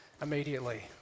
immediately